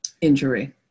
injury